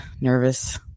nervous